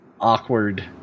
awkward